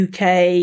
UK